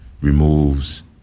removes